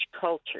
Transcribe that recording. culture